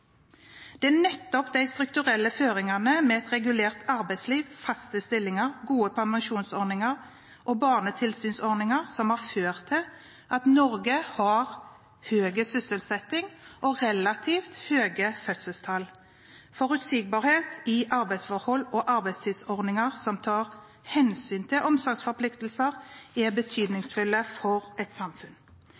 Det er nettopp de strukturelle føringene med et regulert arbeidsliv, faste stillinger, gode permisjonsordninger og barnetilsynsordninger som har gjort at Norge har høy sysselsetting og relativt høye fødselstall. Forutsigbarhet i arbeidsforholdet og arbeidstidsordninger som tar hensyn til omsorgsforpliktelser, er betydningsfullt for et samfunn.